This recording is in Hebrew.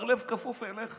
בר לב כפוף אליך